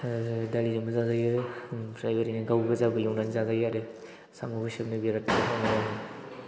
दालिजोंबो जाजायो ओमफ्राय ओरैनो गाव गोजाबो एवनानै जाजायो आरो साम'खौ सोबनो बिराद मोजां मोनो आं